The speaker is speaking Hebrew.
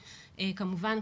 כמובן,